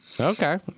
Okay